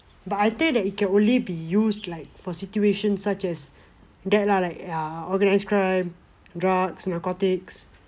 but I think that it can only be used like for situation such as that lah like err organized crime drugs and narcotics